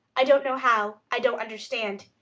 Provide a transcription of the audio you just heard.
i don't know how. i don't understand.